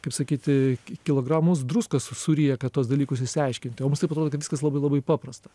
kaip sakyti kilogramus druskos suryja kad tuos dalykus išsiaiškinti o mums tai atrodo kad viskas labai labai paprasta